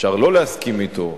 אפשר לא להסכים אתו,